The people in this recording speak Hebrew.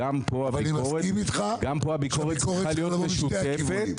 גם פה הביקורת צריכה להיות משותפת,